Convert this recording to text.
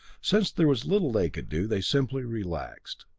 since there was little they could do, they simply relaxed.